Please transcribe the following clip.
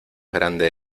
grande